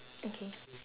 okay